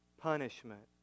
punishment